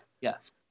Yes